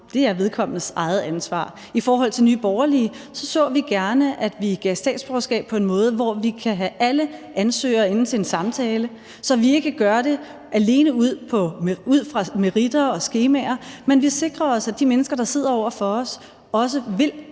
er vedkommendes eget ansvar. I forhold til Nye Borgerlige så vi gerne, at vi gav statsborgerskab på en måde, hvor vi kan have alle ansøgere inde til en samtale, så vi ikke gør det alene ud fra meritter og skemaer, men at vi sikrer os, at de mennesker, der sidder over for os, også vil